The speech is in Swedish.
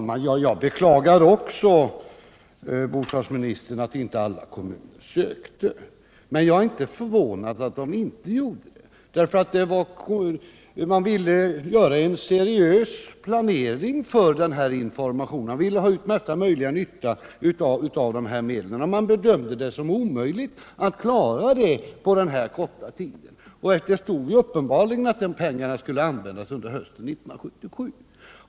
Herr talman! Jag beklagar också, fru bostadsminister, att inte alla kommuner sökte. Men jag är inte förvånad över att de inte gjorde det, eftersom de ville göra en seriös planering för den här informationen. Man ville få största möjliga nytta av dessa medel, och man bedömde det som omöjligt att klara det på den här korta tiden. Det stod ju uppenbarligen i anvisningarna att pengarna skulle användas under hösten 1977.